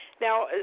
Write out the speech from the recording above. Now